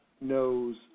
knows